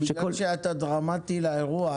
בגלל שאתה דרמטי לאירוע,